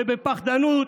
ובפחדנות